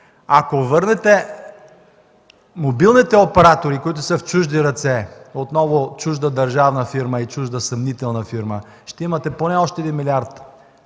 Ако върнете мобилните оператори, които са в чужди ръце – отново чужда държавна фирма и чужда съмнителна фирма, ще имате поне още 1 млрд.